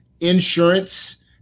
insurance